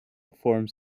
forms